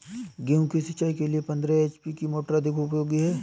गेहूँ सिंचाई के लिए पंद्रह एच.पी की मोटर अधिक उपयोगी है?